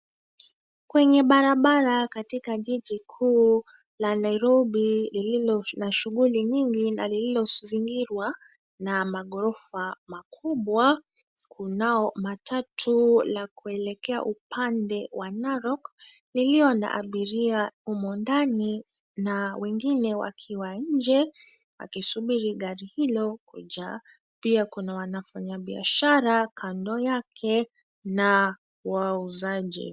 Kwenye barabara katika jiji kuu la Nairobi, lililo na shughuli nyingi na lililozingirwa na magorofa makubwa; kunao matatu la kuelekea upande wa Narok lilio na abiria humo ndani na wengine wakiwa nje, wakisubiri gari hilo kujaa. Pia kuna wafanyabiashara kando yake na wauzaji.